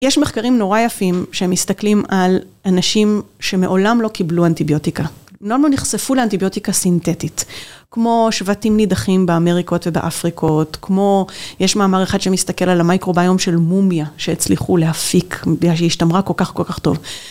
יש מחקרים נורא יפים שהם מסתכלים על אנשים שמעולם לא קיבלו אנטיביוטיקה, מאוד לא נחשפו לאנטיביוטיקה סינתטית, כמו שבטים נידחים באמריקות ובאפריקות, כמו יש מאמר אחד שמסתכל על המיקרוביום של מומיה, שהצליחו להפיק, שהשתמרה כל כך כל כך טוב.